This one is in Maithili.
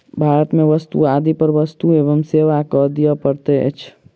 भारत में वस्तु आदि पर वस्तु एवं सेवा कर दिअ पड़ैत अछि